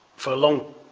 for long